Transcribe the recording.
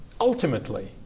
ultimately